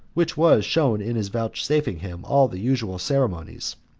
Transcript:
which was shown in his vouchsafing him all the usual ceremonies,